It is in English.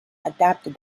adapted